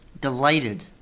Delighted